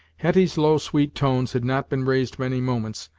hetty's low, sweet tones had not been raised many moments,